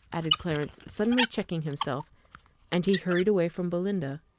added clarence, suddenly checking himself and he hurried away from belinda,